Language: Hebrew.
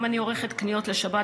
גם אני עורכת קניות לשבת,